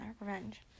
revenge